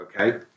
okay